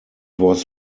was